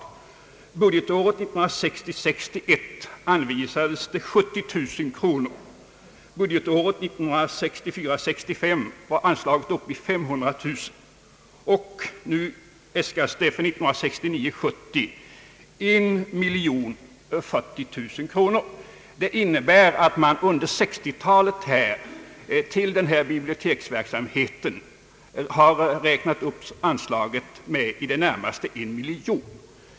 För budgetåret 1960 65 var anslaget uppe i 500 000 kronor, och nu äskas för 1969/70 1 040 000 kronor. Detta innebär att man under 1960-talet har räknat upp anslaget till denna biblioteksverksamhet med i det närmaste en miljon.